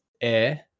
air